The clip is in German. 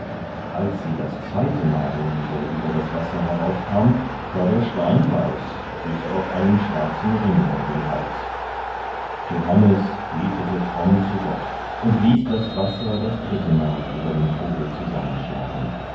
als sie das zweite mal wieder über das wasser heraufkam war der schwan weiß bis auf einen schwarzen ring um den hals johannes betete fromm zu gott und ließ das wasser das dritte mal über den vogel zusammenschlagen